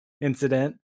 incident